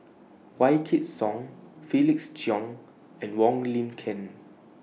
Wykidd Song Felix Cheong and Wong Lin Ken